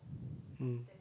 mm